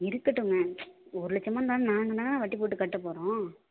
இருக்கட்டுங்க ஒரு லட்சமாக இருந்தாலும் நாங்கள் தானே வட்டி போட்டு கட்டப்போகறோம்